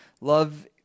Love